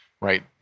right